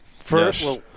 first